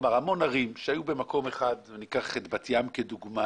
ערים רבות שהיו במקום אחד וניקח את בת ים כדוגמה